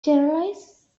generalize